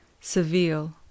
Seville